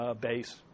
base